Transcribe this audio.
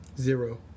Zero